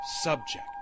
subject